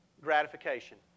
Gratification